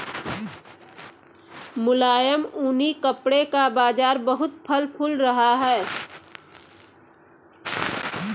मुलायम ऊनी कपड़े का बाजार बहुत फल फूल रहा है